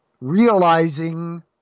realizing